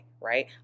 right